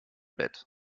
bett